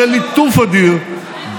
אחרי ליטוף אדיר,